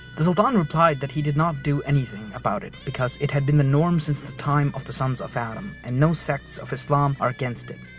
the sultan replied that he will not do anything about it because it has been the norm since the time of the sons of adam and no sects of islam are against it.